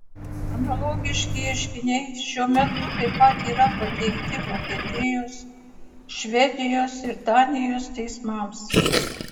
analogiški ieškiniai šiuo metu taip pat yra pateikti vokietijos švedijos ir danijos teismams